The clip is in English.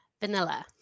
vanilla